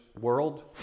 world